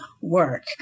work